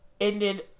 ended